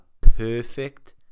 perfect